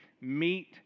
meet